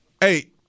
Hey